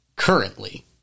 Currently